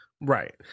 Right